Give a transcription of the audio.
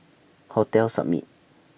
Hotel Summit